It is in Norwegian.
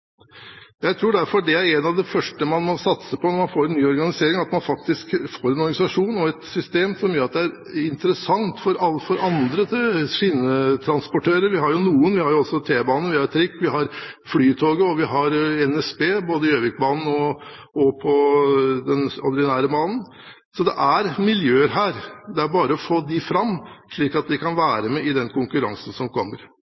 må satse på når en får ny organisering, at man faktisk får en organisasjon og et system som gjør at det er interessant for andre skinnetransportører. Vi har jo noen: Vi har T-banen, vi har trikken, vi har Flytoget, og vi har NSB, både Gjøvikbanen og den ordinære banen. Så det er miljøer her. Det er bare å få dem fram, slik at de kan være med i den konkurransen som kommer.